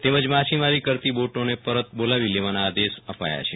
તેમજ માછીમારી કરતી બોટોનેપરત બોલાવી લેવાના આદેશ અપાયા છે